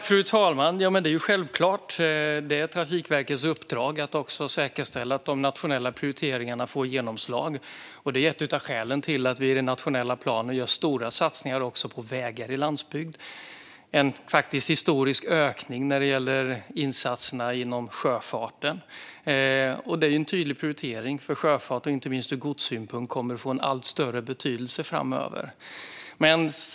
Fru talman! Det är givetvis Trafikverkets uppdrag att säkerställa att de nationella prioriteringarna får genomslag, och det är ett av skälen till att vi i den nationella planen gör stora satsningar på vägar i landsbygd och en historisk ökning av insatserna inom sjöfarten. Det är en tydlig prioritering på sjöfart som inte minst ur godssynpunkt kommer att få en allt större betydelse framöver.